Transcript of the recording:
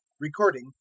Recording